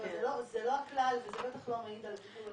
זה לא הכלל, וזה בטח לא מעיד על הטיפול.